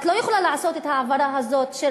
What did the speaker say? את לא יכולה לעשות את ההעברה הזאת של